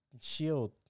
shield